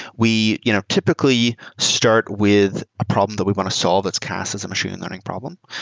we you know typically start with a problem that we want to solve that's cast as a machine learning problem,